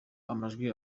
amajwi